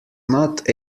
not